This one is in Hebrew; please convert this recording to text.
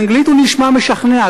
באנגלית הוא נשמע משכנע,